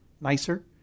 nicer